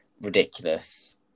ridiculous